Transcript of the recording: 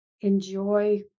enjoy